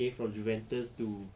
okay from juventus to